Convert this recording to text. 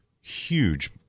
huge